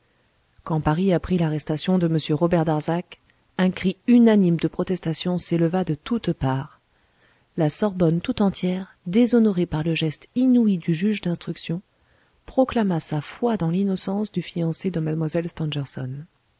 quand paris apprit l'arrestation de m robert darzac un cri unanime de protestation s'éleva de toutes parts la sorbonne tout entière déshonorée par le geste inouï du juge d'instruction proclama sa foi dans l'innocence du fiancé de mlle